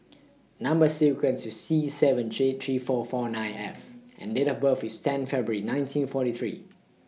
Number sequence IS T seven three three four four nine F and Date of birth IS ten February nineteen forty three